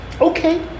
Okay